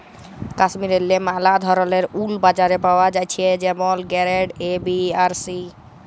কাশ্মীরেল্লে ম্যালা ধরলের উল বাজারে পাওয়া জ্যাছে যেমল গেরেড এ, বি আর সি